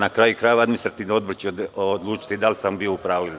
Na kraju krajeva, Administrativni odbor će odlučiti da li sam bio u pravu ili ne.